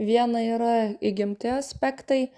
viena yra įgimti aspektai